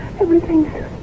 Everything's